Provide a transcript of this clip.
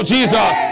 Jesus